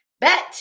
Bet